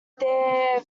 there